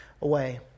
away